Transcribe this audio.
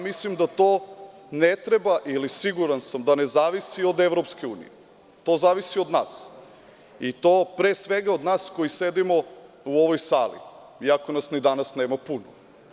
Mislim da to ne treba ili siguran sam da ne zavisi od EU, to zavisi od nas i to pre svega od nas koji sedimo u ovoj sali, iako nas i danas nema puno.